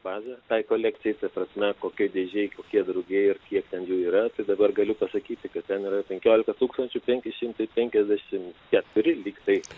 bazę tai kolekcijai ta prasme kokioj dėžėj kokie drugiai ir kiek ten jų yra dabar galiu pasakyti kad ten yra penkiolika tūkstančių penki šimtai penkiasdešim keturi lyg tai